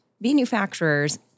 manufacturers